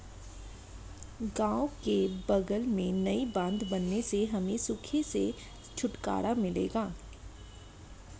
गांव के बगल में नई बांध बनने से हमें सूखे से छुटकारा मिलेगा